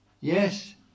Yes